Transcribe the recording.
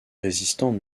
résistants